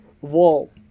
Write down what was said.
Wall